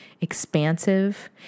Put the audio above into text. expansive